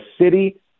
city